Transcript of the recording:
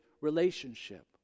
relationship